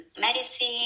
medicine